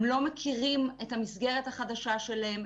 הם לא מכירים את המסגרת החדשה שלהם,